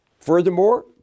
furthermore